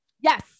yes